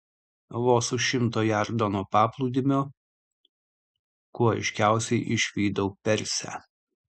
vos už šimto jardo nuo paplūdimio kuo aiškiausiai išvydau persę